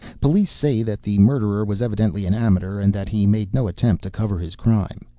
police say that the murderer was evidently an amateur, and that he made no attempt to cover his crime.